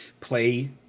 play